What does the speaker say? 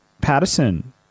Patterson